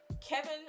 Kevin